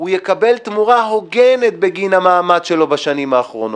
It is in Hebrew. הוא יקבל תמורה הוגנת בגין המעמד שלו בשנים האחרונות.